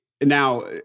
now